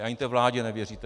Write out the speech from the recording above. Ani té vládě nevěříte.